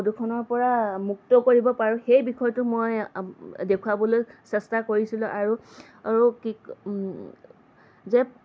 প্ৰদূষণৰ পৰা মুক্ত কৰিব পাৰোঁ সেই বিষয়টো মই দেখুৱাবলৈ চেষ্টা কৰিছিলোঁ আৰু আৰু কি যে